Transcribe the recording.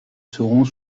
seront